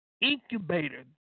incubator